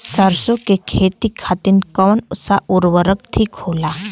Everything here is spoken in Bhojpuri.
सरसो के खेती खातीन कवन सा उर्वरक थिक होखी?